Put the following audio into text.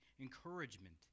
encouragement